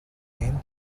mean